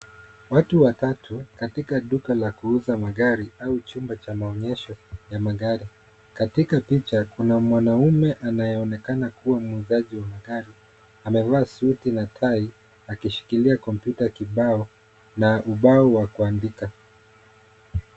Watu watatu katika duka la kuuza magari au chumba cha maonyesho ya magari. Katika picha kuna mwanaume anayeonekana kuwa muuzaji wa magari amevaa suti na tai akishikilia kompyuta kibao na ubao wa kuandika.